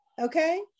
okay